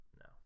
No